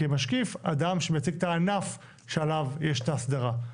וכמשקיף, אדם שמייצג את הענף שעליו יש את ההסדרה.